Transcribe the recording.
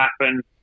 happen